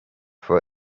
for